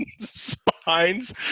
spines